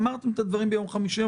אמרתם את הדברים ביום חמישי,